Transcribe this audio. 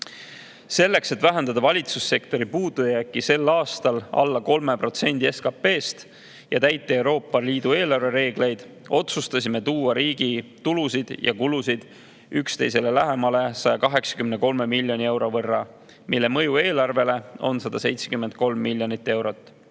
Selleks et vähendada valitsussektori puudujääki sel aastal alla 3%-ni SKP-st ja täita Euroopa Liidu eelarvereegleid, otsustasime tuua riigi tulusid ja kulusid üksteisele lähemale 183 miljoni euro võrra, mille mõju eelarvele on 173 miljonit eurot.